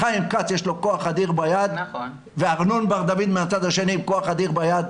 לחיים כץ יש כח אדיר ביד וארנון בר דוד מהצד השני עם כח אדיר ביד,